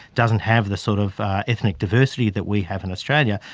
doesn't have the sort of ethnic diversity that we have in australia,